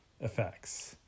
effects